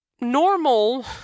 normal